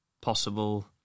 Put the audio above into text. possible